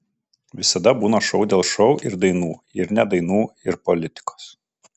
visada būna šou dėl šou ir dainų ir ne dainų ir politikos